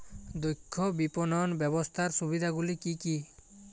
দক্ষ বিপণন ব্যবস্থার সুবিধাগুলি কি কি?